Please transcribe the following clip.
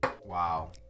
Wow